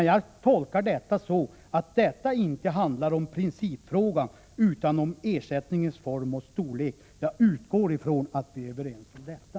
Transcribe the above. Jag tolkar detta så att det inte handlar om principfrågan utan om ersättningens form och storlek. Jag utgår från att vi är överens om detta.